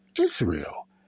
Israel